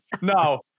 No